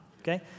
Okay